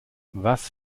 was